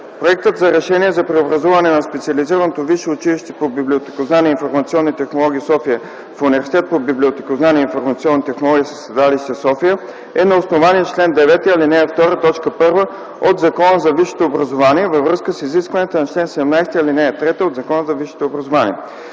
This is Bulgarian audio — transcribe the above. Проектът за решение за преобразуване на Специализираното висше училище по библиотекознание и информационни технологии – София, в Университет по библиотекознание и информационни технологии със седалище София, е на основание чл. 9, ал. 2, т. 1 от Закона за висшето образование във връзка с изискванията на чл. 17, ал. 3 от Закона за висшето образование.